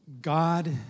God